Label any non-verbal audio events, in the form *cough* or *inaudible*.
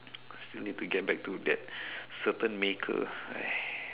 still need to get back to that certain maker *noise*